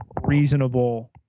reasonable